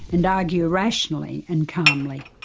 and argue rationally and calmly.